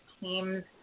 teams